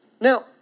Now